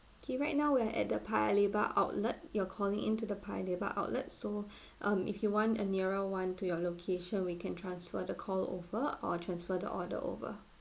okay right now we are at the paya lebar outlet you're calling in to the paya lebar outlet so um if you want a nearer one to your location we can transfer the call over or transfer the order over